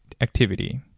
activity